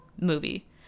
movie